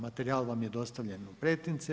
Materijal vam je dostavljen u pretince.